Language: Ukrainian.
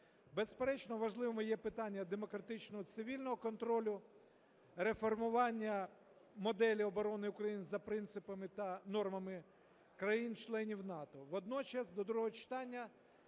Безперечно, важливими є питання демократичного цивільного контролю, реформування моделі оборони України за принципами та нормами країн-членів НАТО. Водночас до другого читання